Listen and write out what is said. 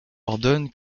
ordonne